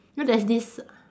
you know there's this